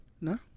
No